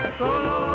solo